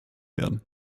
werden